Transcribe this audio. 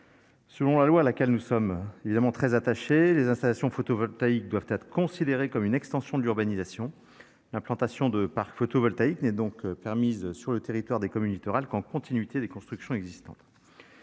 Selon la loi, à laquelle nous sommes tous très attachés, les installations photovoltaïques doivent être considérées comme une « extension de l'urbanisation ». L'implantation de parcs photovoltaïques n'est donc permise sur le territoire des communes littorales qu'en continuité des constructions existantes.